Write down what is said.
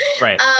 Right